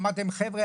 אמרתי להם 'חבר'ה,